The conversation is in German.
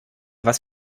was